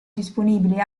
disponibili